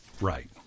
Right